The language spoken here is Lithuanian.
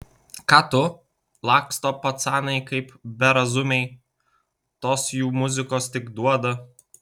ką tu laksto pacanai kaip berazumiai tos jų muzikos tik duoda